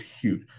huge